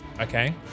Okay